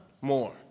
more